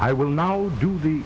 i will now do the